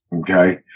Okay